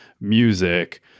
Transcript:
music